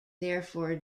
therefore